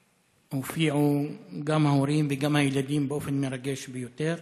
והופיעו גם ההורים וגם הילדים באופן מרגש ביותר,